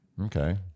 Okay